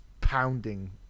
pounding